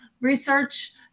research